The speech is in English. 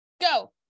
go